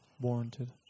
warranted